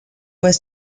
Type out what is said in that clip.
was